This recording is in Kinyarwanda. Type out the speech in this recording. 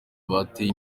bateye